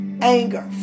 anger